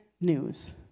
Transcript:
news